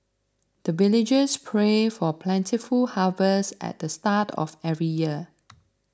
the villagers pray for plentiful harvest at the start of every year